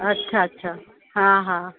अच्छा अच्छा हा हा